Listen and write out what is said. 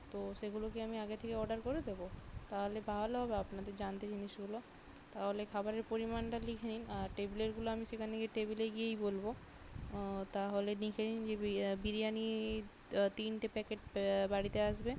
তো সেগুলো কি আমি আগে থেকে অর্ডার করে দেব তাহলে ভালো হবে আপনাদের জানতে জিনিসগুলো তাহলে খাবারের পরিমাণটা লিখে নিন আর টেবিলেরগুলো আমি সেখানে গিয়ে টেবিলে গিয়েই বলবো তাহলে লিখে নিন যে বিরি বিরিয়ানি তিনটে প্যাকেট প বাড়িতে আসবে